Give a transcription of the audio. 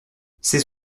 ces